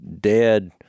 dead